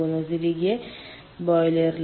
തിരികെ ബോയിലറിലേക്ക്